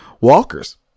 walkers